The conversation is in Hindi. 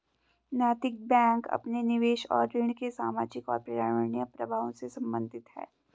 नैतिक बैंक अपने निवेश और ऋण के सामाजिक और पर्यावरणीय प्रभावों से संबंधित है